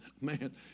man